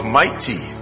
mighty